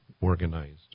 organized